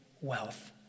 wealth